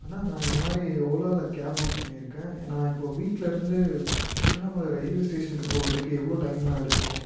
அண்ணா நான் இந்த மாதிரி ஓலாவில் கேப் புக் பண்ணியிருக்கேன் நான் இப்போது வீட்லிருந்து திருவண்ணாமலை ரெயில்வே ஸ்டேஷன்கு போகிறதுக்கு எவ்ளோ டைம்ணா எடுத்துக்கும்